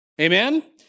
Amen